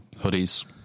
hoodies